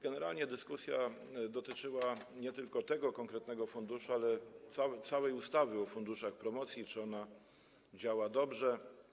Generalnie dyskusja dotyczyła nie tylko tego konkretnego funduszu, ale całej ustawy o funduszach promocji, czy ona działa dobrze.